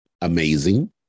amazing